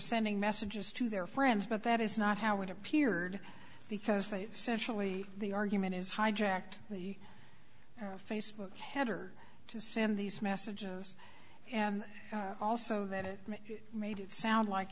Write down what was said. sending messages to their friends but that is not how it appeared because they sensually the argument is hijacked the facebook header to send these massive and also that it made it sound like